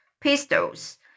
pistols